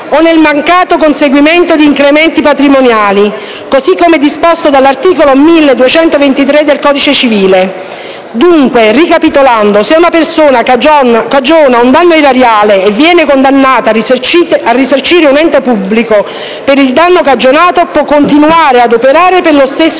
o nel mancato conseguimento di incrementi patrimoniali, così come disposto dall'articolo 1223 del codice civile. Dunque, ricapitolando, se una persona cagiona un danno erariale e viene condannata a risarcire un ente pubblico per il danno cagionato, può continuare ad operare per lo stesso